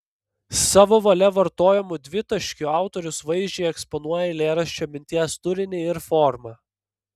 savo valia vartojamu dvitaškiu autorius vaizdžiai eksponuoja eilėraščio minties turinį ir formą